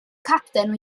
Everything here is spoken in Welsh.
capten